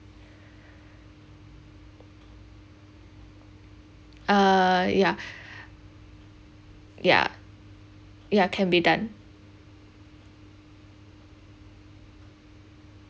uh ya ya ya can be done